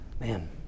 Man